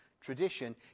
tradition